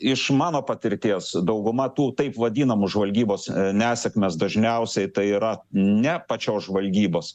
iš mano patirties dauguma tų taip vadinamų žvalgybos nesėkmes dažniausiai tai yra ne pačios žvalgybos